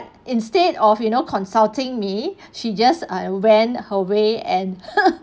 instead of you know consulting me she just uh went her way and